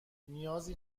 نیازی